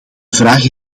vragen